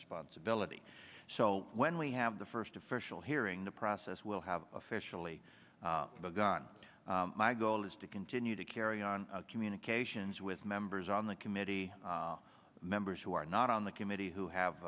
responsibility so when we have the first official hearing the process will have officially begun my goal is to continue to carry on communications with members on the committee members who are not on the committee who have